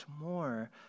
more